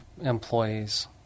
employees